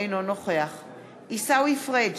אינו נוכח עיסאווי פריג'